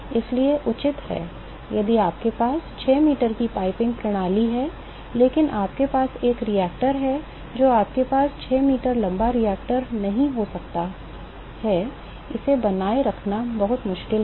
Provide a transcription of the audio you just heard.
इसलिए उचित है यदि आपके पास 6 मीटर की पाइपिंग प्रणाली है लेकिन हमारे पास एक रिएक्टर है तो आपके पास 6 मीटर लंबा रिएक्टर नहीं हो सकता है इसे बनाए रखना बहुत मुश्किल है